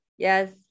Yes